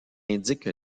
indique